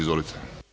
Izvolite.